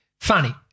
Funny